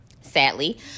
sadly